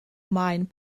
maen